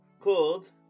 called